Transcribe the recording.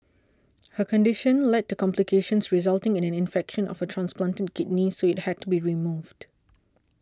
her condition led to complications resulting in an infection of her transplanted kidney so it had to be removed